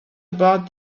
about